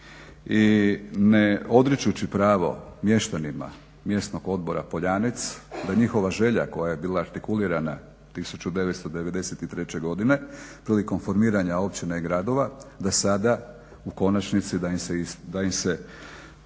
i ne odričući pravo mještanima Mjesnog odbora Poljanec da njihova želja koja je bila artikulirana 1993. godine prilikom formiranja općina i gradova da sada u konačnici da im se